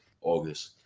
August